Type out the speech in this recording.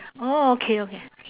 orh okay okay